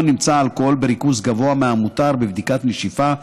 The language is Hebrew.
נמצא אלכוהול בריכוז גבוה מהמותר בבדיקת נשיפה,